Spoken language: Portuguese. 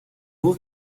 vou